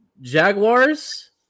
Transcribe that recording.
Jaguars